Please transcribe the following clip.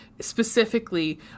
specifically